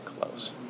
close